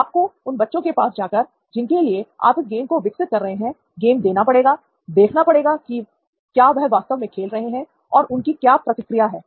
आपको उन बच्चों के पास जाकर जिनके लिए आप इस गेम को विकसित कर रहे हैं गेम देना पड़ेगा देखना पड़ेगा कि क्या वह वास्तव में खेल रहे हैं और उनकी क्या प्रतिक्रिया है